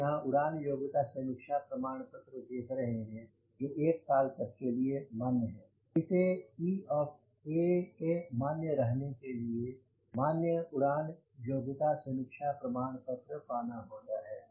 आप यहाँ उड़ान योग्यता समीक्षा प्रमाण पत्र देख रहे हैं जो एक साल तक के लिए मान्य है और इसे C ऑफ़ A के मान्य रहने के लिए मान्य उड़ान योग्यता समीक्षा प्रमाण पत्र पाना होता है